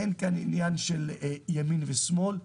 אין כאן עניין של ימין ושמאל,